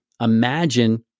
Imagine